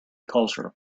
culture